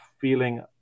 feeling